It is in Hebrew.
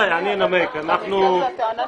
אנא נמק את טענתך.